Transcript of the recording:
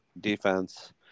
defense